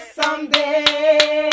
someday